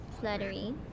Fluttery